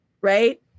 Right